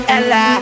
Ella